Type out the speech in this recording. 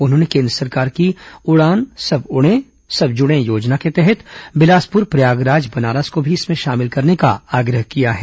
उन्होंने केन्द्र सरकार की उड़ान सब उड़ें सब जुड़ें योजना के तहत बिलासपुर प्रयागराज बनारस को भी इसमें शामिल करने का आग्रह किया है